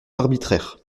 arbitraire